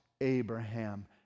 Abraham